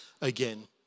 again